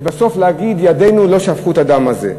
ובסוף להגיד: ידינו לא שפכו את הדם הזה.